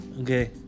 Okay